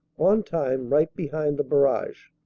on time right behind the barrage.